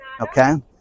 okay